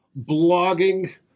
blogging